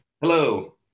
Hello